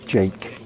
Jake